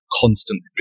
constantly